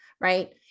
right